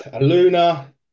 Luna